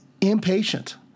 impatient